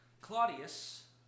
Claudius